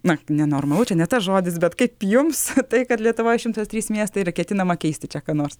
na nenormalu čia ne tas žodis bet kaip jums tai kad lietuvoj šimtas trys miestai yra ketinama keisti čia ką nors